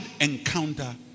encounter